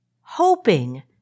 hoping